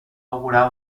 augurar